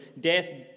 death